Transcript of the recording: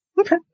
Okay